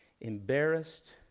embarrassed